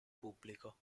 pubblico